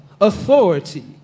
authority